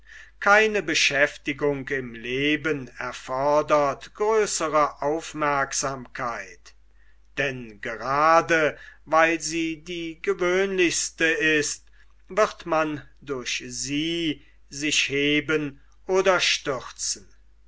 keine beschäftigung im leben erfordert größere aufmerksamkeit denn grade weil sie die gewöhnlichste ist wird man durch sie sich heben oder stürzen